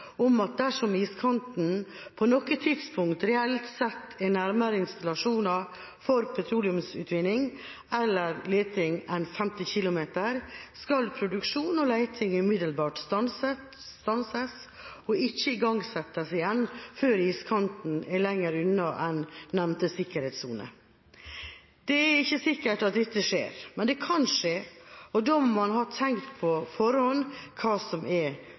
om at dersom iskanten på noe tidspunkt reelt sett er nærmere installasjoner for petroleumsutvinning eller leting enn 50 km, skal produksjon og leting umiddelbart stanses og ikke igangsettes igjen før iskanten er lenger unna enn nevnte sikkerhetssone. Det er ikke sikkert dette skjer, men det kan skje, og da må man ha tenkt på forhånd hva som er